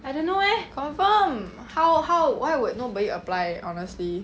confirm how how why would nobody apply honestly